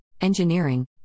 engineering